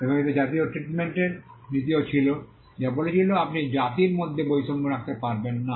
এবং এতে জাতীয় ট্রিটমেন্টর নীতিও ছিল যা বলেছিল যে আপনি জাতির মধ্যে বৈষম্য রাখতে পারবেন না